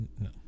No